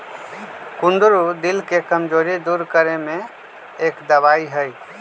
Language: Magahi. कुंदरू दिल के कमजोरी दूर करे में एक दवाई हई